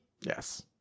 Yes